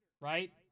right